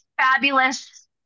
fabulous